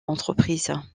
entreprises